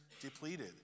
depleted